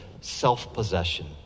self-possession